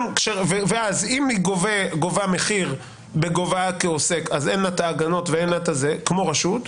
אם היא גובה מחיר כעוסק אז אין לה את ההגנות כמו רשות,